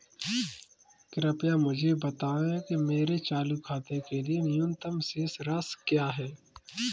कृपया मुझे बताएं कि मेरे चालू खाते के लिए न्यूनतम शेष राशि क्या है?